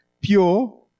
pure